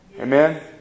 Amen